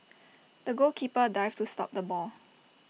the goalkeeper dived to stop the ball